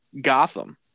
Gotham